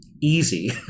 easy